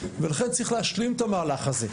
ולכן צריך להשלים את המהלך הזה.